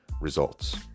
results